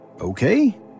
Okay